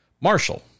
Marshall